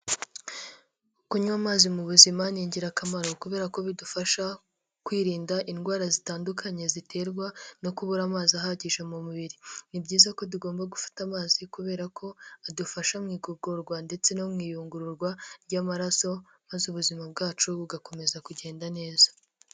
Kunywa amazi mu buzima ni ingirakamaro kubera ko bidufasha kwirinda indwara zitandukanye ziterwa no kubura amazi ahagije mu mubiri, ni byiza ko tugomba gufata amazi kubera ko adufasha mu igogorwa ndetse no mu iyungururwa ry'amaraso, maze ubuzima bwacu bugakomeza kugenda neza.